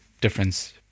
difference